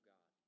God